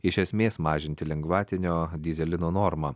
iš esmės mažinti lengvatinio dyzelino normą